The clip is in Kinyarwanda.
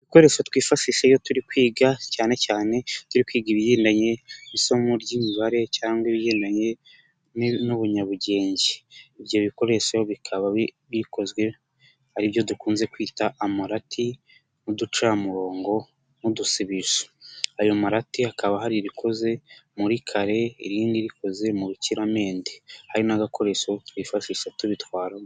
Ibikoresho twifashishije iyo turi kwiga cyanecyane turi kwiga ibihindanye isomo ry'imibare cyangwa ibigendanye n'ubunyabugenge, ibyo bikoresho bikaba bikozwe aribyo dukunze kwita amarati n'uducaramurongo nk'udusibisho, ayo marati hakaba hari irikoze muri kare irindi rikoze mu bukiramende hari n'agakoresho twifashisha tubitwaramo.